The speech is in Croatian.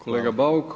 kolega Bauk.